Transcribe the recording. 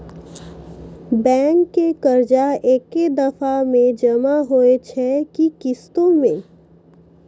Bank के कर्जा ऐकै दफ़ा मे जमा होय छै कि किस्तो मे?